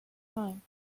crime